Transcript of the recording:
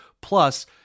Plus